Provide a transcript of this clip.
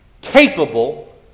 capable